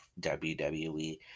WWE